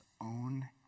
own